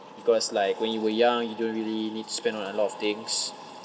because like when you were young you don't really need to spend on a lot of things